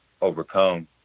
overcome